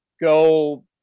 go